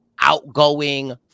outgoing